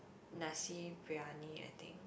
nasi beriyani I think